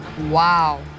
Wow